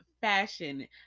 fashion